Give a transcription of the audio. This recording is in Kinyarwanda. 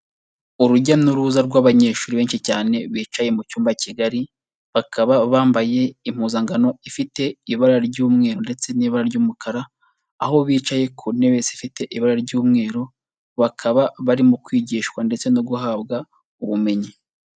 Urujya n'uruza rw'abanyeshuri benshi cyane, bicaye mu cyumba kigari, bakaba bambaye impuzangano ifite ibara ry'umweru ndetse n'ibara ry'umukara, aho bicaye ku ntebe zifite ibara ry'umweru, bakaba barimo kwigishwa ndetse no guhabwa ubumenyi.